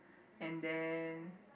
and then